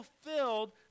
fulfilled